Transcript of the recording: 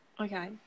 okay